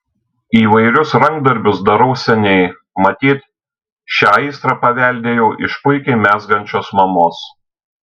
įvairius rankdarbius darau seniai matyt šią aistrą paveldėjau iš puikiai mezgančios mamos